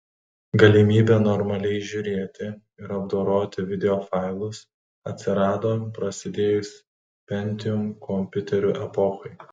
galimybė normaliai žiūrėti ir apdoroti videofailus atsirado prasidėjus pentium kompiuterių epochai